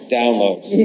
downloads